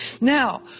Now